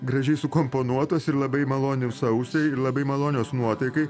gražiai sukomponuotos ir labai malonios ausiai ir labai malonios nuotaikai